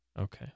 Okay